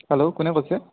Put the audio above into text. hello কোনে কৈছে